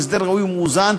הוא הסדר ראוי ומאוזן,